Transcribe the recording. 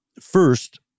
First